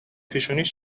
پیشونیش